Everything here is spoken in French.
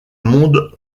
monde